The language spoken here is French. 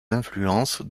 influences